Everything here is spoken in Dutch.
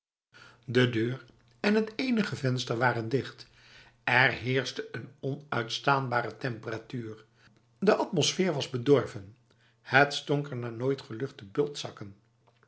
de deur en het enige venster waren dicht er heerste een onuitstaanbare temperatuur de atmosfeer was bedorven het stonk er naar nooit geluchte